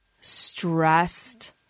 Stressed